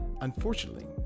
Unfortunately